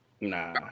Nah